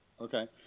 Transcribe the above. Okay